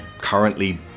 currently